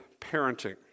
parenting